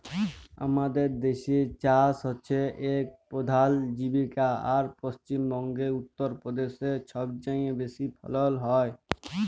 আমাদের দ্যাসে চাষ হছে ইক পধাল জীবিকা আর পশ্চিম বঙ্গে, উত্তর পদেশে ছবচাঁয়ে বেশি ফলল হ্যয়